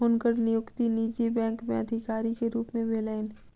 हुनकर नियुक्ति निजी बैंक में अधिकारी के रूप में भेलैन